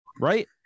right